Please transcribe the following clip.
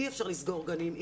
אי אפשר לסגור גנים,